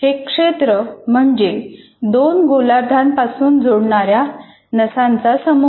हे क्षेत्र म्हणजे दोन गोलार्धांपासून जोडणार्या नसांचा समूह